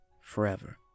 forever